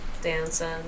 dancing